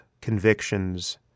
convictions